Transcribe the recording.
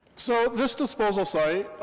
so this disposal site,